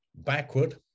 backward